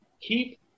keep